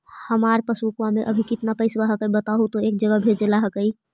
हमार पासबुकवा में अभी कितना पैसावा हक्काई बताहु तो एक जगह भेजेला हक्कई?